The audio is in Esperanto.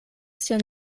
sian